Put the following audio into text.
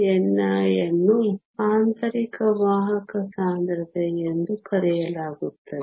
ni ಅನ್ನು ಆಂತರಿಕ ವಾಹಕ ಸಾಂದ್ರತೆ ಎಂದು ಕರೆಯಲಾಗುತ್ತದೆ